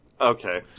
Okay